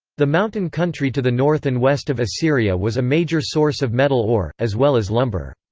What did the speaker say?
the mountain country to the north and west of assyria was a major source of metal ore, as well as lumber.